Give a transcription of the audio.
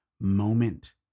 moment